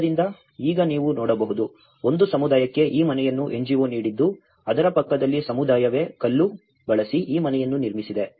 ಆದ್ದರಿಂದ ಈಗ ನೀವು ನೋಡಬಹುದು ಒಂದು ಸಮುದಾಯಕ್ಕೆ ಈ ಮನೆಯನ್ನು NGO ನೀಡಿದ್ದು ಅದರ ಪಕ್ಕದಲ್ಲಿ ಸಮುದಾಯವೇ ಕಲ್ಲು ಬಳಸಿ ಈ ಮನೆಯನ್ನು ನಿರ್ಮಿಸಿದೆ